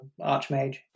archmage